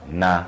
na